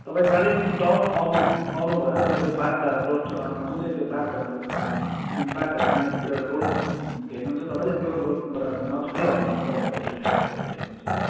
तपाईँ कालेबुङ टाउन आउनु आउनु भयो र तपाईँ त्यो बाघधारा रोड जुन चाहिँ त्यो बाघधारा बाघधारा जाने एउटा रोड भेट्नुहुन्छ तपाईँले त्यो रोडबाट नछोडि आउनु भयो भने तपाईँले होटेल ट्रेस तपाईँले भेट्नुहुन्छ त्यहाँ